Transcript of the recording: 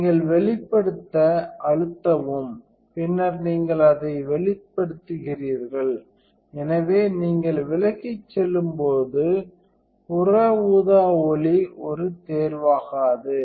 நீங்கள் வெளிபடுத்த அழுத்தவும் பின்னர் நீங்கள் அதை வெளிப்படுத்துகிறீர்கள் எனவே நீங்கள் விலகிச் செல்லும்போது புற ஊதா ஒளி ஒரு தேர்வாகாது